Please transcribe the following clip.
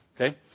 Okay